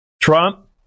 Trump